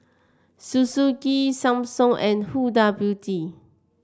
Suzuki Samsung and Huda Beauty